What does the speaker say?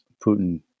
Putin